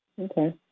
Okay